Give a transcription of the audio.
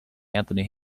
anthony